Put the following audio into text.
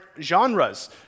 genres